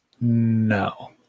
No